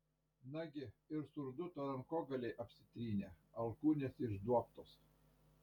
nagi ir surduto rankogaliai apsitrynę alkūnės išduobtos